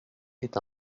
est